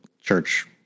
church